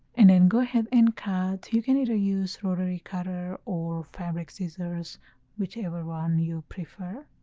and then go ahead and cut you can either use rotary cutter or fabric scissors whichever one you prefer